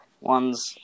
ones